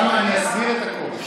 אני אסביר, אוסאמה, את הכול.